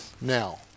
now